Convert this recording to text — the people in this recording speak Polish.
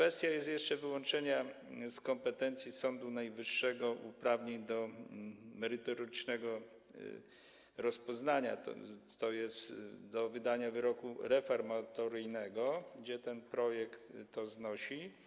Jest jeszcze kwestia wyłączenia z kompetencji Sądu Najwyższego uprawnień do merytorycznego rozpoznania, tj. do wydania wyroku reformatoryjnego, gdzie ten projekt to znosi.